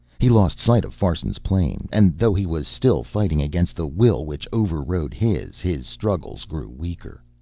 he lost sight of farson's plane. and, though he was still fighting against the will which over-rode his, his struggles grew weaker.